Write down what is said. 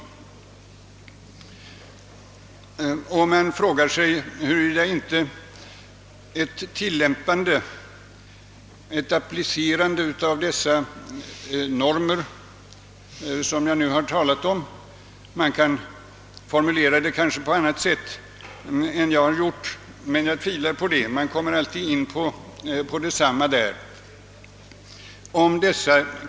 Motionärerna frågar sig, huruvida inte ett tillämpande och ett applicerande av de kristna normer som jag nu talat om kunde visa sig ha ett positivt inflytande på dem som verkligen accepterar dessa.